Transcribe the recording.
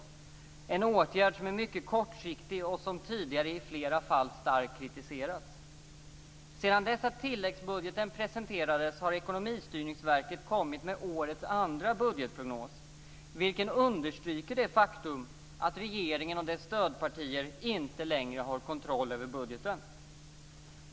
Det är en åtgärd som är mycket kortsiktig och som tidigare i flera fall starkt kritiserats. Sedan dess att tilläggsbudgeten presenterades har Ekonomistyrningsverket kommit med årets andra budgetprognos, vilken understryker det faktum att regeringen och dess stödpartier inte längre har kontroll över budgeten.